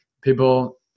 People